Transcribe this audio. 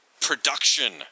production